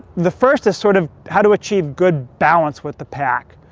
the first is sort of how to achieve good balance with the pack.